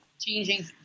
changing